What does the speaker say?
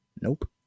Nope